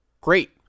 Great